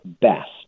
best